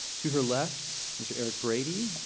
to her left mr. erik brady,